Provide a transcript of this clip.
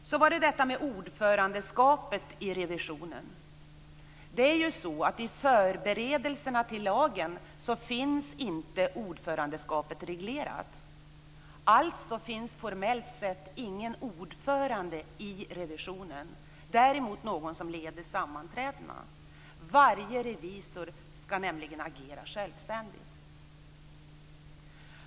Så var det detta med ordförandeskapet i revisionen. Det är ju så att i förberedelserna till lagen finns inte ordförandeskapet reglerat. Alltså finns formellt sett ingen ordförande i revisionen. Däremot finns det någon som leder sammanträdena. Varje revisor skall nämligen agera självständigt.